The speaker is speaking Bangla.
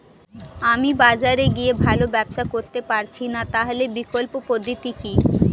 আমি বাজারে গিয়ে ভালো ব্যবসা করতে পারছি না তাহলে বিকল্প পদ্ধতি কি?